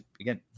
again